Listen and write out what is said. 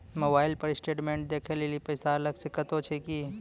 Mobile पर statement देखे लेली पैसा अलग से कतो छै की?